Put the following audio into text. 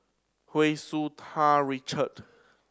Hu Tsu Tau Richard